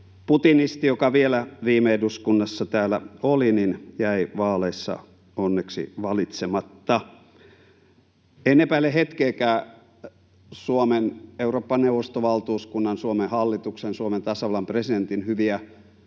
putinisti, joka täällä oli vielä viime eduskunnassa, jäi vaaleissa onneksi valitsematta. En epäile hetkeäkään Euroopan neuvoston Suomen valtuuskunnan, Suomen hallituksen ja Suomen tasavallan presidentin hyviä